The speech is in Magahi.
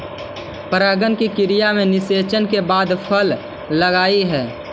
परागण की क्रिया में निषेचन के बाद फल लगअ हई